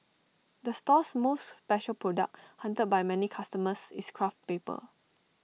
the store's most special product hunted by many customers is craft paper